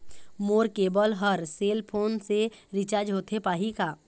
मोर cable हर cell phone से recharge होथे पाही का?